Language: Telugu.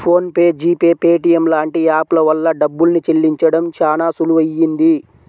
phone pay, G pay, Paytm లాంటి యాప్ ల వల్ల డబ్బుల్ని చెల్లించడం చానా సులువయ్యింది